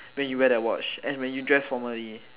when you wear that watch as when you dress formally